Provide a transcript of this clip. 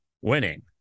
winning